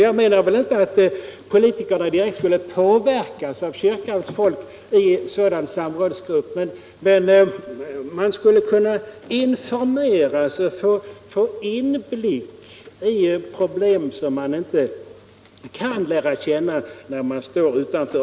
Jag menar inte att politikerna skulle påverkas av kyrkans folk i en sådan samrådsgrupp, men man skulle kunna informeras och få inblick i problem som man inte kan lära känna när man står utanför.